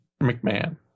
McMahon